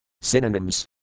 Synonyms